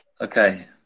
Okay